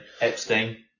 Epstein